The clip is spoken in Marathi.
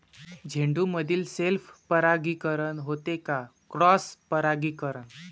झेंडूमंदी सेल्फ परागीकरन होते का क्रॉस परागीकरन?